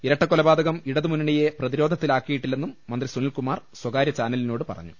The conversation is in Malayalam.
ഇരട്ടകൊലപാതകം ഇടതു മുന്നണിയെ പ്രതിരോധത്തിലാക്കിയിട്ടില്ലെന്നും മന്ത്രി സുനിൽ കുമാർ സ്ഥകാര്യ ചാനലിനോട് പറഞ്ഞു